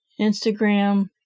Instagram